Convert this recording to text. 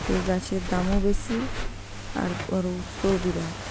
এই গাছের দামও বেশি আর আর উৎসও বিরাট